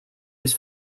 his